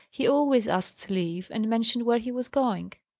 he always asked leave, and mentioned where he was going.